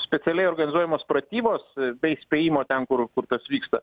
specialiai organizuojamos pratybos be įspėjimo ten kur kur tas vyksta